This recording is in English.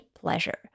pleasure